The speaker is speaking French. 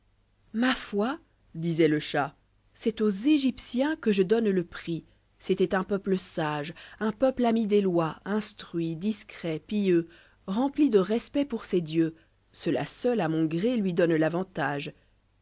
ma foi disoit le chat c'est aux égyptiens que je donne le prix c'étoit un peuple sas un peuple ami des lois instruit discret pieux rempli de respect pour ses dieux cela seul à mon gré lui donne l'avantage